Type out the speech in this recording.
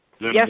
yes